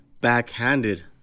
backhanded